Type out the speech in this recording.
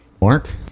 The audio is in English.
Mark